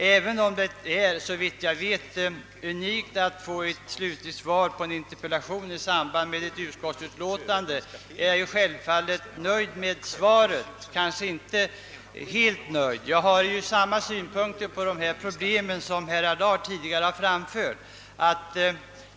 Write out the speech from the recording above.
även om det, såvitt jag vet, är unikt att få ett slutligt svar på en interpellation i samband med ett utskottsutiåtande, är jag självfallet nöjd med svaret, men kanske inte helt nöjd. Jag har samma uppfattning om detta problem som herr Allard tidigare framfört.